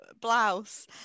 blouse